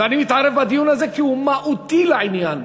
ואני מתערב בדיון הזה, כי הוא מהותי לעניין,